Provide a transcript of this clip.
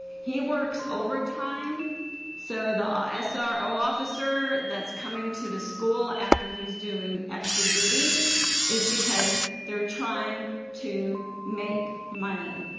he works overtime so the um ah sro officer that's coming to the school after he's doing extra duty is because they're trying to make money.